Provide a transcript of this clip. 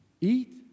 Eat